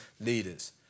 leaders